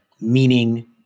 meaning